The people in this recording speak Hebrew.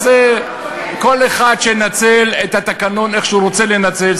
אז כל אחד ינצל את התקנון איך שהוא רוצה לנצל.